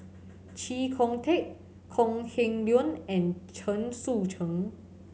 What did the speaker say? Chee Kong Tet Kok Heng Leun and Chen Sucheng